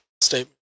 statement